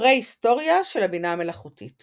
פרה־היסטוריה של הבינה המלאכותית